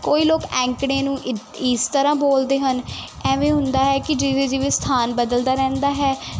ਕੋਈ ਲੋਕ ਅੰਕੜੇ ਨੂੰ ਇਸ ਤਰ੍ਹਾਂ ਬੋਲਦੇ ਹਨ ਐਵੇਂ ਹੁੰਦਾ ਹੈ ਕਿ ਜਿਵੇਂ ਜਿਵੇਂ ਸਥਾਨ ਬਦਲਦਾ ਰਹਿੰਦਾ ਹੈ